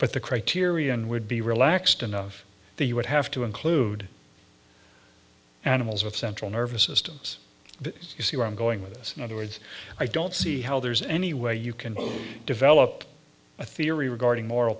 but the criterion would be relaxed enough that you would have to include animals with central nervous systems but you see where i'm going with us in other words i don't see how there's any way you can develop a theory regarding moral